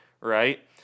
right